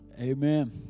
Amen